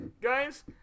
Guys